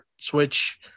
Switch